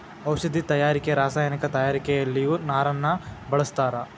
ಔಷದಿ ತಯಾರಿಕೆ ರಸಾಯನಿಕ ತಯಾರಿಕೆಯಲ್ಲಿಯು ನಾರನ್ನ ಬಳಸ್ತಾರ